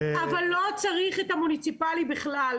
לא צריך את המוניציפלי בכלל.